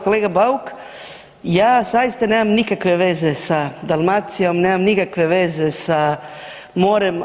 Kolega Bauk, ja zaista nemam nikakve veze sa Dalmacijom, nemam nikakve veze sa morem.